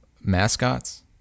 mascots